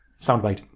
Soundbite